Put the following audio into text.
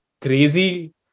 crazy